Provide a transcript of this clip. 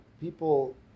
people